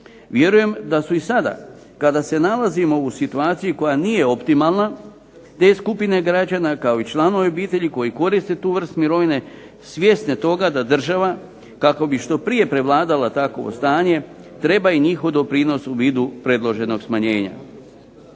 Vjerujem da su i sada kada se nalazimo u situaciji koja nije optimalna te skupine građana kao i članovi obitelji koji koriste tu vrstu mirovine svjesne toga da država, kako bi što prije prevladala takvo stanje, treba i njihov doprinos u vidu predloženog smanjenja.